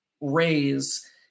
raise